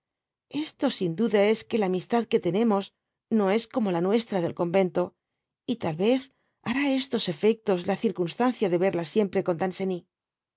esto sin duda es que la amistad que tenemos no es como la nuestra del convento y tal vez hará estos efectos la circunstancia de verla siempre con danceny